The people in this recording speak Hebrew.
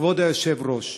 כבוד היושב-ראש,